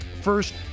first